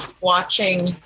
watching